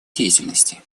деятельности